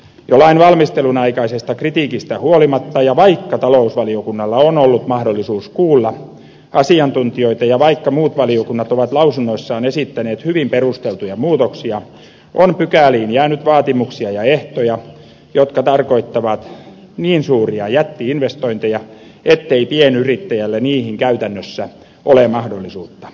jo lain valmistelun aikaisesta kritiikistä huolimatta vaikka talousvaliokunnalla on ollut mahdollisuus kuulla asiantuntijoita ja vaikka muut valiokunnat ovat lausunnoissaan esittäneet hyvin perusteltuja muutoksia on pykäliin jäänyt vaatimuksia ja ehtoja jotka tarkoittavat niin suuria jätti investointeja ettei pienyrittäjällä niihin käytännössä ole mahdollisuutta